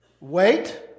Wait